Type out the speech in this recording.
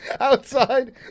Outside